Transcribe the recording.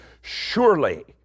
Surely